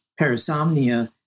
Parasomnia